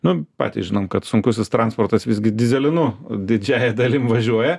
nu patys žinom kad sunkusis transportas visgi dyzelinu didžiąja dalim važiuoja